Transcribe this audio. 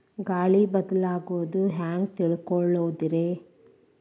ಗಾಳಿ ಬದಲಾಗೊದು ಹ್ಯಾಂಗ್ ತಿಳ್ಕೋಳೊದ್ರೇ?